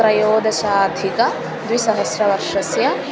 त्रयोदशाधिकद्विसहस्रतमवर्षस्य